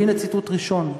והנה ציטוט ראשון: